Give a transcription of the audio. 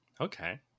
Okay